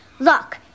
Look